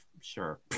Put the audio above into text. Sure